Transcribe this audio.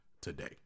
today